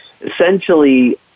essentially